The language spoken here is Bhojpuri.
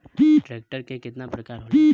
ट्रैक्टर के केतना प्रकार होला?